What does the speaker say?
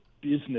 business